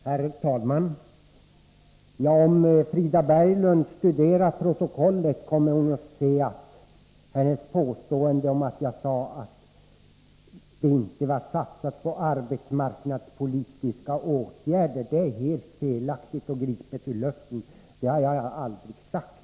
Herr talman! Om Frida Berglund studerar protokollet, kommer hon att se att hennes påstående att jag sade att man inte hade satsat på arbetsmarknads politiska åtgärder är helt felaktigt och gripet ur luften. Det har jag aldrig sagt.